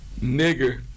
nigger